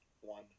one